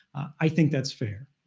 i think that's fair.